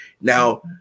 Now